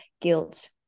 guilt